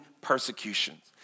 persecutions